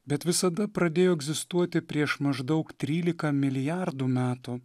bet visada pradėjo egzistuoti prieš maždaug trylika milijardų metų